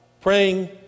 praying